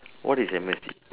what is M_S_G